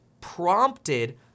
prompted